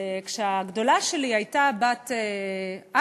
וכשהגדולה שלי הייתה בת ארבע,